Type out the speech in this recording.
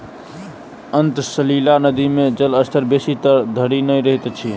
अंतः सलीला नदी मे जलक स्तर बेसी तर धरि नै रहैत अछि